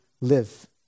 live